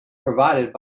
provided